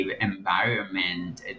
environment